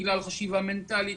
בגלל חשיבה מנטלית,